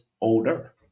older